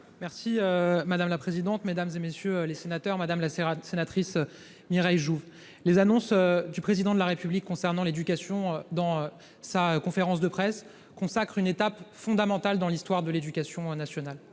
Merci madame la présidente, mesdames et messieurs les sénateurs Madame la Serra sénatrice Mireille Jouve, les annonces du président de la République, concernant l'éducation, dans sa conférence de presse consacre une étape fondamentale dans l'histoire de l'éducation nationale,